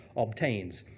obtains.